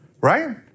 Right